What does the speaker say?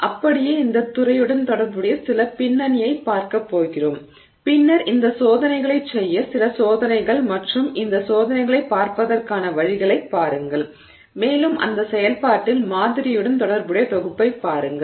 அப்படியே இந்தத் துறையுடன் தொடர்புடைய சில பின்னணியைப் பார்க்கப் போகிறோம் பின்னர் இந்த சோதனைகளைச் செய்ய சில சோதனைகள் மற்றும் இந்த சோதனைகளைப் பார்ப்பதற்கான வழிகளைப் பாருங்கள் மேலும் அந்த செயல்பாட்டில் மாதிரியுடன் தொடர்புடைய தொகுப்பைப் பாருங்கள்